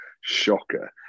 shocker